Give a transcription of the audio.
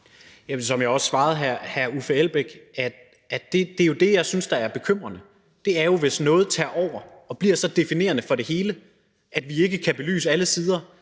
Som jeg også svarede hr. Uffe Elbæk, er det, som jeg synes er bekymrende, hvis noget tager over og bliver så definerende for det hele, at vi ikke kan belyse alle sider